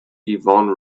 yvonne